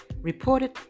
reported